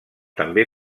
també